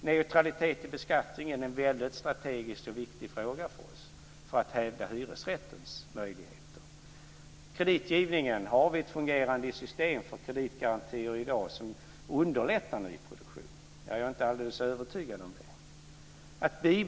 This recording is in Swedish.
Neutralitet i beskattning är en mycket strategisk och viktig fråga för oss för att hävda hyresrättens möjligheter. När det gäller kreditgivningen kan man fråga sig om vi i dag har ett fungerande system för kreditgarantier som underlättar nyproduktion. Jag är inte alldeles övertygad om det.